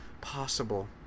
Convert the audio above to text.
possible